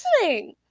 listening